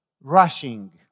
rushing